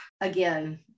again